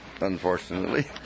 unfortunately